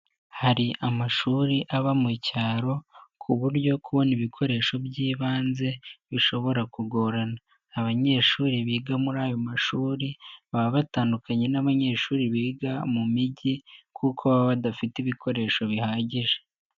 Hari amashuri aba mu cyaro ku buryo kubona ibikoresho by'ibanze bishobora kugorana, abanyeshuri biga muri ayo mashuri baba batandukanye n'abanyeshuri biga mu mijyi, kuko baba badafite ibikoresho bihagije.